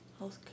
healthcare